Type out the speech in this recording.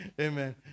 Amen